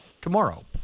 tomorrow